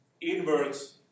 inwards